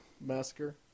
massacre